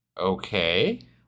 Okay